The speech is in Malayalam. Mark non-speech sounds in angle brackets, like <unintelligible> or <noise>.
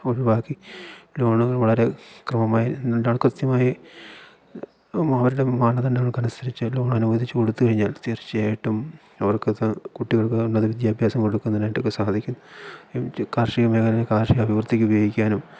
ഒഴിവാക്കി ലോണുകൾ വളരെ ക്രമമായി എന്നുണ്ടെങ്കിൽ കൃത്യമായി അവരുടെ മാനദണ്ഡങ്ങള്ക്കനുസരിച്ച് ലോൺ അനുവദിച്ചു കൊടുത്തു കഴിഞ്ഞാൽ തീർച്ചയായിട്ടും അവർക്കൊത്ത കുട്ടികൾക്ക് തനത് വിദ്യാഭ്യാസം കൊടുക്കുന്നതിനായിട്ടൊക്കെ സാധിക്കും <unintelligible> കാർഷിക മേഖലയില് കാർഷിക അഭിവൃദ്ധിക്ക് ഉപയോഗിക്കാനും